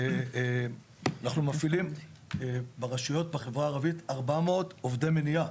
אנחנו מפעילים ברשויות בחברה הערבית 400 עובדי מדינה,